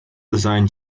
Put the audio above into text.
design